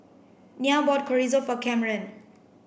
Nyah bought Chorizo for Kamren